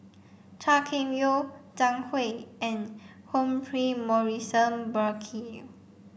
Chua Kim Yeow Zhang Hui and Humphrey Morrison Burkill